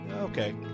okay